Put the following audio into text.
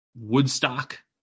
Woodstock